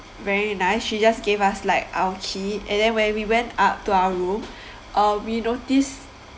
very nice she just gave us like our key and then when we went up to our room uh we noticed